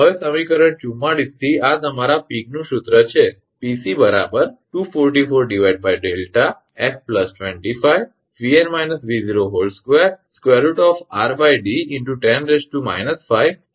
હવે સમીકરણ 44 થી આ તમારા પીકનું સૂત્રPeeks formula છે કે 𝑃𝑐 244𝛿𝑓 25𝑉𝑛 −𝑉02 √𝑟𝐷 × 10−5 𝑘𝑊𝑘𝑚𝑝ℎ𝑎𝑠𝑒